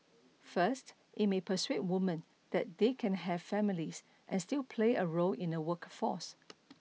first it may persuade woman that they can have families and still play a role in the workforce